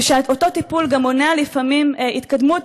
ואותו טיפול גם מונע לפעמים התקדמות,